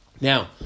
Now